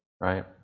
right